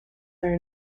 their